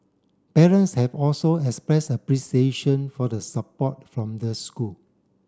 parents have also expressed appreciation for the support from the school